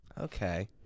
Okay